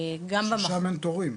ששם אין תורים.